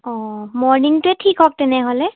অঁ মৰ্ণিংটোৱে ঠিক হওক তেনেহ'লে